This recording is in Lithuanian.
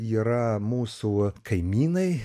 yra mūsų kaimynai